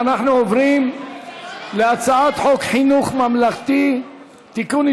אנחנו עוברים להצעת חוק חינוך ממלכתי (תיקון,